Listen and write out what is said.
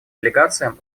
делегациям